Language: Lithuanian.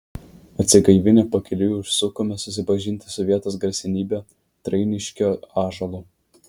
atsigaivinę pakeliui užsukome susipažinti su vietos garsenybe trainiškio ąžuolu